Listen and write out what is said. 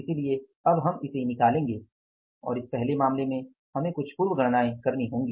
इसलिए अब हम इसे निकालेंगे और इस पहले मामले में हमें कुछ पूर्व गणनाएं करनी होंगी